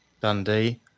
Dundee